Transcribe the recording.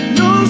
no